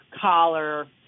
collar